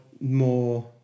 more